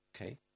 Okay